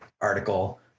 article